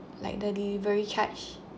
like the delivery charge